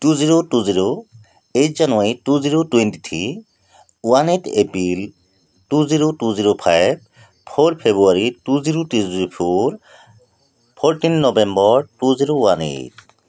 two zero two zero eight January two zero twenty three one eight April two zero two zero five four February two zero two zero four fourteen November two zero one eight